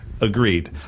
agreed